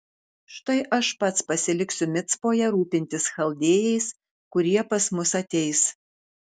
štai aš pats pasiliksiu micpoje rūpintis chaldėjais kurie pas mus ateis